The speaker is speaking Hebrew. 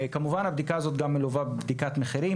כמובן הבדיקה הזאת גם מלווה בדיקת מחירים,